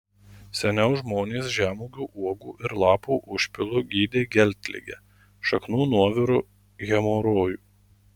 seniau žmonės žemuogių uogų ir lapų užpilu gydė geltligę šaknų nuoviru hemorojų